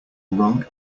wrong